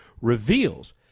reveals